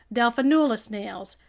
delphinula snails,